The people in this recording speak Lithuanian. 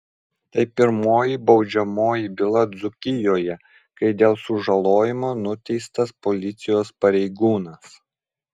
tai pirmoji baudžiamoji byla dzūkijoje kai dėl sužalojimo nuteistas policijos pareigūnas